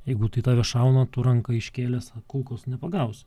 jeigu tai tave šauna tu ranka iškėlęs kulkos nepagausi